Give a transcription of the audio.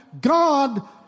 God